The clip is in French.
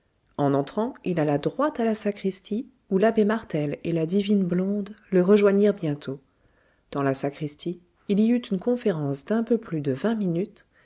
en entrant il alla droit à la sacristie où l'abbé martel et la divine blonde le rejoignirent bientôt dans la sacristie il y eut une conférence d'un peu plus de vingt minutes